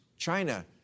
China